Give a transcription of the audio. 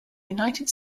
united